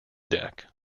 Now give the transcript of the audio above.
deck